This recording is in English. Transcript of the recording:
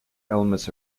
elements